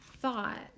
thought